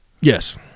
Yes